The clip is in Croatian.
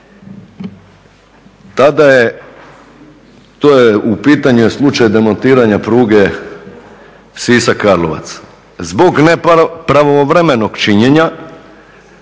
Tada je, to je, u pitanju je slučaj demontiranja pruge Sisak – Karlovac. Zbog nepravovremenog činjenja